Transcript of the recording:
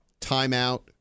timeout